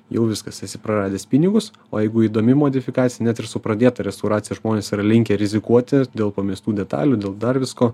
jau viskas esi praradęs pinigus o jeigu įdomi modifikacija net ir su pradėta restauracija žmonės yra linkę rizikuoti dėl pamestų detalių dėl dar visko